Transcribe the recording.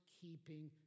keeping